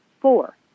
Four